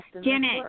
Janet